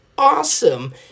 Awesome